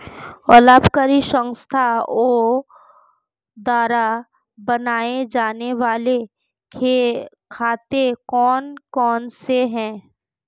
अलाभकारी संस्थाओं द्वारा बनाए जाने वाले खाते कौन कौनसे हैं?